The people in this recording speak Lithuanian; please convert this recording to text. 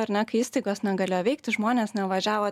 ar ne kai įstaigos negalėjo veikti žmonės nevažiavo